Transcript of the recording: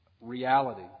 reality